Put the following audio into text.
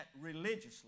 religiously